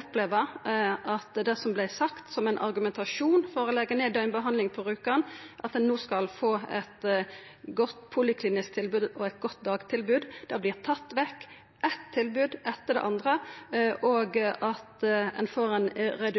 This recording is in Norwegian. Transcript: opplever at det som vart brukt som ein argumentasjon for å leggja ned døgnbemanninga på Rjukan, at ein no skulle få eit godt poliklinisk tilbod og eit godt dagtilbod, vert tatt vekk – det eine tilbodet etter det andre – og at